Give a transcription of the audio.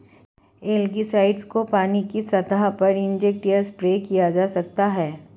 algicides को पानी की सतह पर इंजेक्ट या स्प्रे किया जा सकता है